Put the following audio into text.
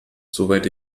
soweit